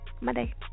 Monday